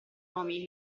nomi